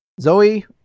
Zoe